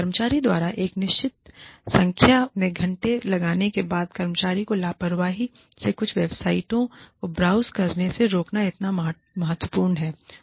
कर्मचारी द्वारा एक निश्चित संख्या में घंटे लगाने के बाद कर्मचारी को लापरवाही से कुछ वेबसाइटों को ब्राउज़ करने से रोकना इतना महत्वपूर्ण है